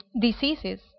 diseases